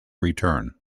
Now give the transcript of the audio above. return